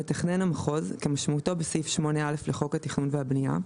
"מתכנן המחוז" כמשמעותו בסעיף 8(א) לחוק התכנון והבנייה,